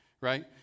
right